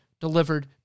delivered